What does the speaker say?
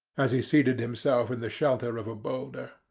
as he seated himself in the shelter of a boulder.